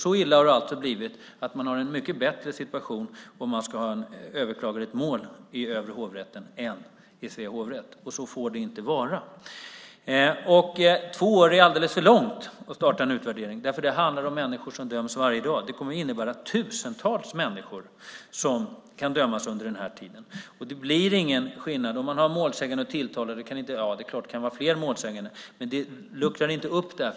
Så illa har det alltså blivit att man har en mycket bättre situation om man överklagar ett mål i Hovrätten för Övre Norrland än om det görs i Svea hovrätt. Så får det inte vara. Att vänta två år med att starta en utvärdering är alldeles för länge. Människor döms varje dag. Tusentals människor kan dömas under denna tid. Det blir ingen skillnad om man har målsägande och tilltalade - det är klart att det kan vara fler målsägande - för det luckrar inte upp det.